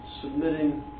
submitting